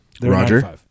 Roger